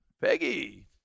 Peggy